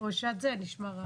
ראשת זה נשמע רע.